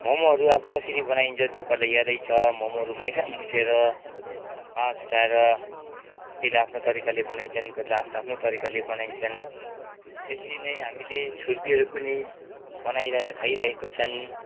मोमोहरू अब कसरी बनाइन्छ तपाईँहरूलाई यादै छ मोमोहरू मैदा मुछेर पास उठाएर त्यसले आफ्नो तरिकाले बनाइन्छन् कतिले आफ्नो आफ्नो तरिकाले बनाइन्छन् यसरी नै हामीले छुर्पीहरू पनि बनाइरहेर खाइरहेको छौँ